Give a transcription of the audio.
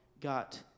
got